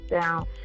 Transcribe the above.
down